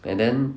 and then